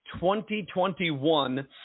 2021